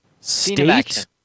state